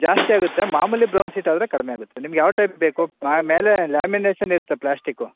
ಜಾಸ್ತಿಯಾಗುತ್ತೆ ಮಾಮೂಲಿ brown sheet ಆದರೆ ಕಡಿಮೆಯಾಗುತ್ತೆ ನಿಮ್ಗೆ ಯಾವ ಟೈಪ್ ಬೇಕು ಮೇಲೆ ಲ್ಯಾಮಿನೇಷನ್ ಇರುತ್ತೆ ಪ್ಲಾಸ್ಟಿಕ್ಕು